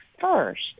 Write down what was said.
first